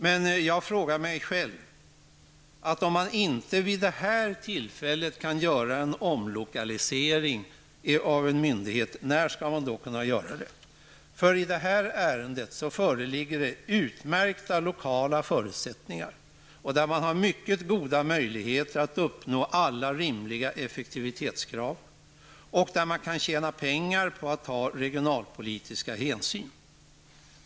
Däremot undrar jag när man skall kunna göra en omlokalisering av en myndighet om man inte vid det här tillfället kan göra det. I det här ärendet föreligger utmärkta lokala förutsättningar. Man har mycket goda möjligheter att uppnå alla rimliga effektivitetskrav. Man kan tjäna pengar på att ta reginalpolitiska hänsyn.